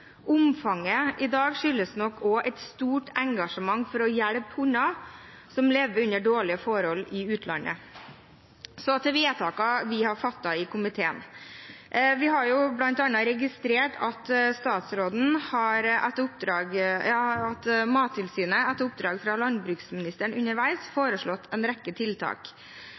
Omfanget i dag skyldes nok også et stort engasjement for å hjelpe hunder som lever under dårlige forhold i utlandet. Så til komiteens tilråding til vedtak: Vi har registrert at Mattilsynet på oppdrag fra landbruksministeren underveis har foreslått en rekke tiltak,